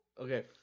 Okay